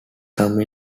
come